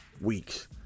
weeks